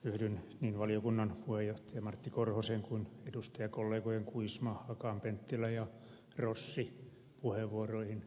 yhdyn niin valiokunnan puheenjohtaja martti korhosen kuin edustajakollegojen kuisma akaan penttilä ja rossi puheenvuoroihin erikoisesti